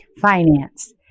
finance